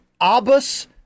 abbas